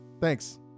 Thanks